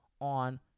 on